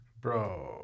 bro